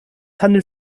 handelt